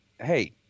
hey